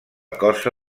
cosa